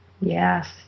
Yes